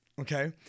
okay